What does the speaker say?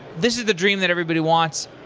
this is the dream that everybody wants.